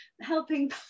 helping